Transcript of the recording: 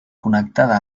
connectada